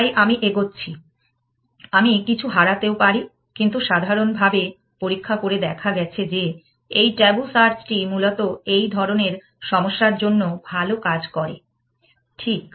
তাই আমি এগোচ্ছি আমি কিছু হারাতেও পারি কিন্তু সাধারণভাবে পরীক্ষা করে দেখা গেছে যে এই ট্যাবু সার্চটি মূলত এই ধরণের সমস্যার জন্য ভাল কাজ করে ঠিক